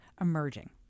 emerging